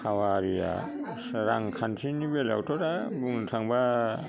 हाबाआरिया रांखान्थिनि बेलायावथ' दा बुंनो थांबा